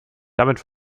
damit